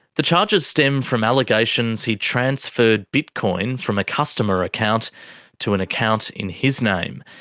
the charges stem from allegations he transferred bitcoin from a customer account to an account in his name.